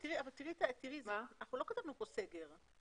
לא כתבנו כאן סגר.